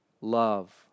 love